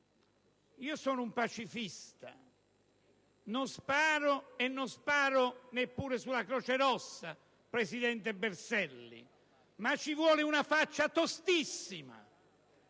Sono un pacifista, non sparo e non lo faccio neppure sulla Croce Rossa, presidente Berselli: ma ci vuole una faccia tostissima